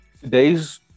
Today's